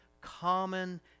common